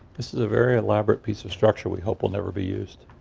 this is a very elaborate piece of structure we hope will never be used,